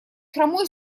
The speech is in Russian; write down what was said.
хромой